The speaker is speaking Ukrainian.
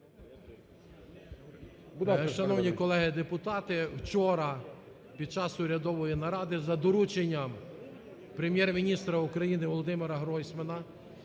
Шановні колеги депутати, вчора під час урядової наради, за доручення Прем'єр-міністра України Володимира Гройсмана,